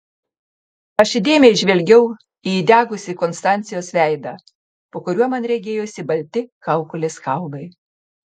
aš įdėmiai žvelgiau į įdegusį konstancijos veidą po kuriuo man regėjosi balti kaukolės kaulai